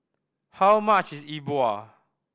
how much is E Bua